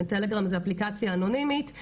טלגרם זו אפליקציה אנונימית,